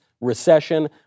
recession